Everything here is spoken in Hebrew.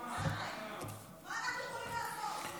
גם בתאונות דרכים החברה הערבית בתחתית?